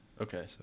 okay